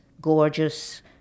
gorgeous